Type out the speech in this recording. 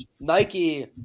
Nike